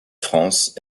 france